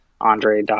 Andre